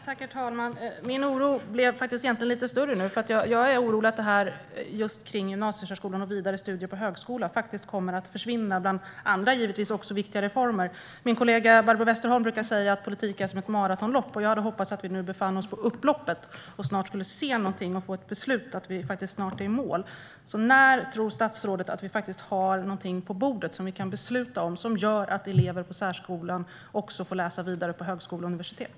Herr talman! Min oro blev egentligen lite större nu. Jag är orolig för att det här med gymnasiesärskolan och vidare studier på högskola kommer att försvinna bland andra reformer, som givetvis också är viktiga. Min kollega Barbro Westerholm brukar säga att politik är som ett maratonlopp. Jag hade hoppats att vi nu skulle befinna oss på upploppet så att vi snart skulle se någonting, få ett beslut och snart vara i mål. När tror statsrådet att vi kommer att ha något på bordet som vi kan besluta om och som leder till att elever i särskolan också får läsa vidare på högskola och universitet?